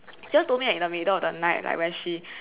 just told me at the middle of the night when she